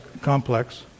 complex